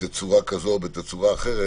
בתצורה כזו או בתצורה אחרת,